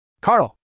Carl